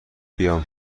بیام